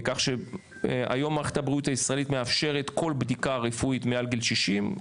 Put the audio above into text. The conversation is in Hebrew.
כך שהיום מערכת הבריאות הישראלית מאפשרת כל בדיקה רפואית מגל גיל 60,